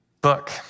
book